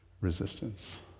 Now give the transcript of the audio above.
resistance